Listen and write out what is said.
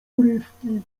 urywki